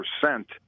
percent